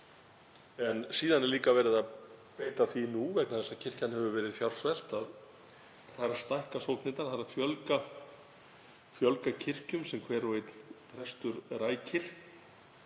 En síðan er líka verið að beita því nú, vegna þess að kirkjan hefur verið fjársvelt, að stækka sóknirnar og fjölga kirkjum sem hver og einn prestur rækir.